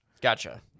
Gotcha